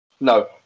No